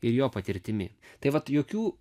ir jo patirtimi tai vat jokių